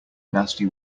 nasty